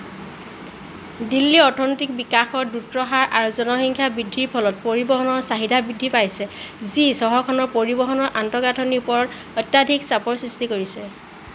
দিল্লীৰ অৰ্থনৈতিক বিকাশৰ দ্ৰুত হাৰ আৰু জনসংখ্যা বৃদ্ধিৰ ফলত পৰিবহণৰ চাহিদা বৃদ্ধি পাইছে যি চহৰখনৰ পৰিবহণৰ আন্তঃগাঁথনিৰ ওপৰত অত্যাধিক চাপৰ সৃষ্টি কৰিছে